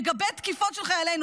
מגבה תקיפות של חיילינו.